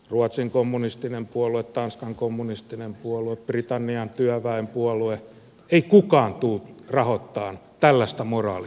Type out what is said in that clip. ruotsin kommunistinen puolue tanskan kommunistinen puolue britannian työväenpuolue ei kukaan tule rahoittamaan tällaista moraalittomuutta